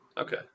Okay